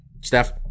Steph